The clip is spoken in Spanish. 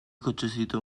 cochecito